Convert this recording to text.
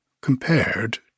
compared